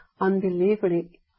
unbelievably